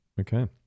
Okay